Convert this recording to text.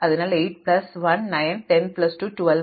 അതിനാൽ 8 plus 1 9 10 plus 2 12 ആണ്